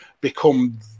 become